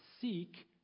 Seek